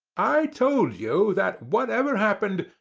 i told you that, whatever happened,